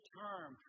term